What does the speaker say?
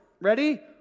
ready